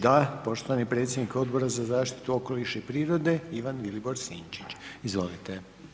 Da, poštovani predsjednik Odbora za zaštitu okoliša i prirode, Ivan Vilibor Sinčić, izvolite.